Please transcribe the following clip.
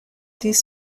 these